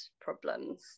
problems